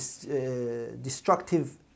destructive